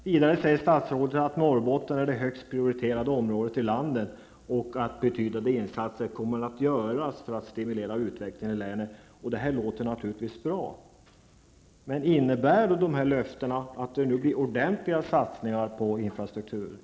Vidare säger statsrådet att Norrbotten är det högst prioriterade området i landet och att betydande insatser kommer att göras för att stimulera utvecklingen i länet. Det låter naturligtvis bra, men innebär dessa löften att det nu blir ordentliga satsningar på infrastrukturen?